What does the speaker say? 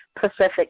Pacific